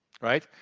right